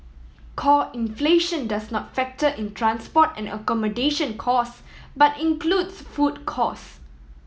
core inflation does not factor in transport and accommodation cost but includes food cost